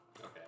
Okay